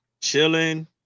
chilling